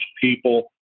people